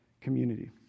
community